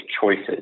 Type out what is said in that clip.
choices